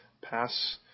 pass